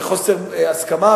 וחוסר הסכמה,